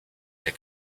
der